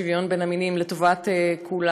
שוויון בין המינים לטובת כולנו,